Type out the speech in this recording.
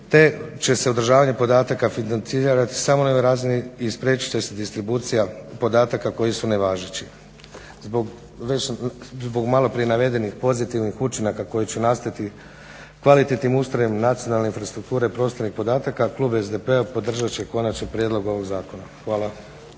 te će se održavanje podataka financirati samo na ovoj razini i spriječiti će se distribucija podataka koji su nevažeći. Zbog, već sam, zbog malo prije navedenih pozitivnih učinaka koje će nastati kvalitetnim ustrojem nacionalne infrastrukture prostornih podataka Klub SDP-a podržati će Konačni prijedlog ovoga zakona. Hvala.